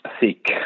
seek